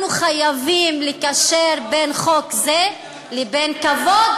אנחנו חייבים לקשר בין חוק זה לבין כבוד